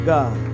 God